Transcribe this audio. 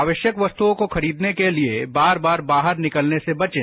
आवश्यक वस्तुओं को खरीदने के लिए बार बार बाहर निकलने से बचें